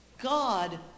God